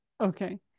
Okay